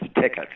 ticket